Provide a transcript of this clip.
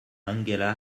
angela